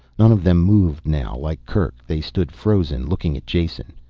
none of them moved now. like kerk, they stood frozen, looking at jason.